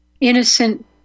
innocent